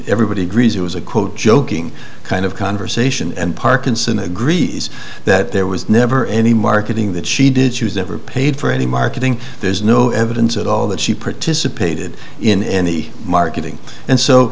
everybody agrees it was a quote joking kind of conversation and parkinson agrees that there was never any marketing that she did she was ever paid for any marketing there's no evidence at all that she participated in any marketing and so